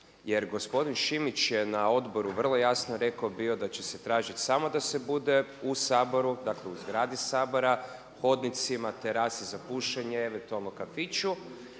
Jer gospodin Šimić je na odboru vrlo jasno rekao bio da će se tražiti samo da se bude u Saboru, dakle u zgradi Sabora, hodnicima, terasi za pušenje ili eventualno kafiću.